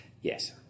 Yes